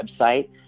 website